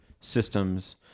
Systems